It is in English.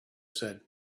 said